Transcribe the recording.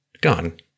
Gone